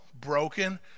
broken